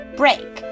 ,break